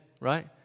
right